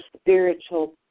spiritual